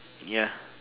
ya